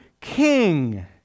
king